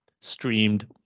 streamed